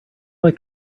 like